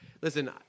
Listen